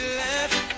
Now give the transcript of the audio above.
left